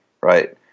right